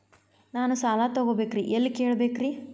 ನಾನು ಸಾಲ ತೊಗೋಬೇಕ್ರಿ ಎಲ್ಲ ಕೇಳಬೇಕ್ರಿ?